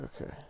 Okay